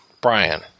Brian